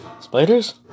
Spiders